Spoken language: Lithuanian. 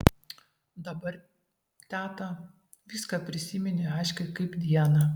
dabar teta viską prisiminiau aiškiai kaip dieną